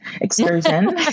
excursion